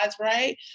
right